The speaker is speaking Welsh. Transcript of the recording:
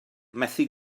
methu